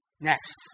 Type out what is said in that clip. Next